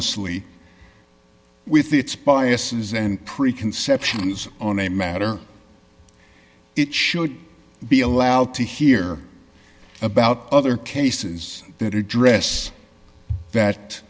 y with its biases and preconceptions on a matter it should be allowed to hear about other cases that it dress that